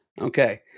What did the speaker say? okay